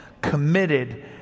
committed